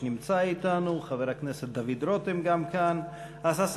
ג' באב התשע"ג (10 ביולי 2013) ירושלים,